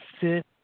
sit